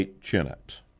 chin-ups